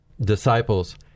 disciples